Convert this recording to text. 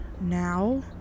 now